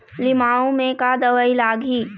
लिमाऊ मे का दवई लागिही?